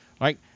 right